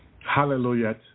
Hallelujah